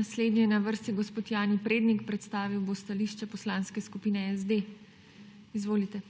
Naslednji je na vrsti gospod Jani Prednik, predstavil bo stališče Poslanske skupine SD. Izvolite.